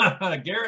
Garrett